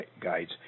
guides